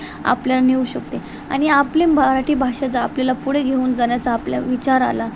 आपल्या नेऊ शकते आणि आपली मराठी भाषा जर आपल्याला पुढे घेऊन जाण्याचा आपल्या विचार आला